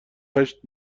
هشت